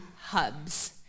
hubs